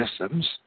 systems